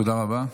תודה רבה.